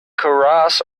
keras